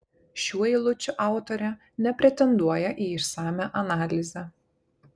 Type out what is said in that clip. šių eilučių autorė nepretenduoja į išsamią analizę